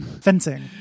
fencing